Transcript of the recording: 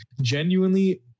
Genuinely